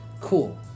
Cool